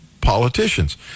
politicians